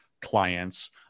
clients